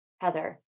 Heather